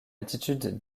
attitude